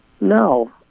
No